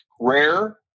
rare